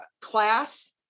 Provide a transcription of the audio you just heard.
class